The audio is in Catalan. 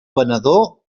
venedor